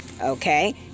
Okay